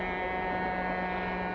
and